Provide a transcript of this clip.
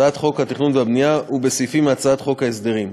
בהצעת חוק התכנון והבנייה ובסעיפים מהצעת חוק ההסדרים: